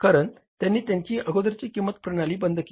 कारण त्यांनी त्यांची अगोदरची किंमत प्रणाली बंद केली